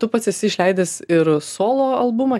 tu pats esi išleidęs ir solo albumą